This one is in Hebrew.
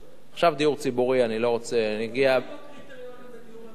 מה יהיו הקריטריונים לדיור למשתכן?